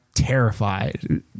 terrified